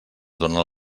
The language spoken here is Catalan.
donen